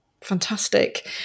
Fantastic